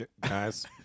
Guys